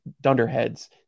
Dunderheads